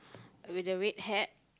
with the red hat